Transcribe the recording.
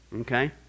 Okay